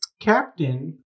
captain